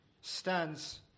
stands